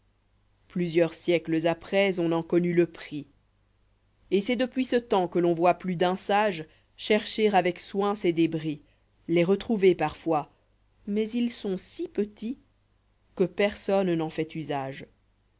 plusieurs siècles après on en connut le prix et c'est depuis ce temps que l'on voit plus d'un sage chercher avec soin ces débris les retrouver parfois mais ils sont si petits que personne n'en fait usage